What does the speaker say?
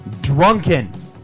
drunken